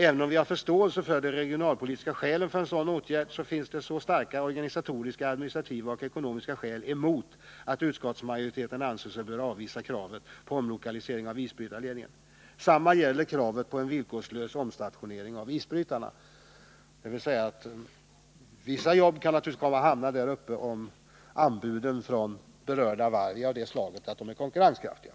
Även om vi har förståelse för de regionalpolitiska skälen för en sådan åtgärd finns det så starka organisatoriska, administrativa och ekonomiska skäl att anföra emot det förslaget, att utskottsmajoriteten anser sig böra avvisa kravet på omlokalisering av isbrytarledningen. Detsamma gäller kravet på en villkorslös omstationering av isbrytarna. Vissa jobb kan naturligtvis bli aktuella där uppe om anbuden från berörda varv är tillräckligt konkurrenskraftiga.